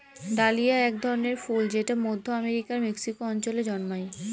dahlia এক ধরনের ফুল যেটা মধ্য আমেরিকার মেক্সিকো অঞ্চলে জন্মায়